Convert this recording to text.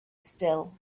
still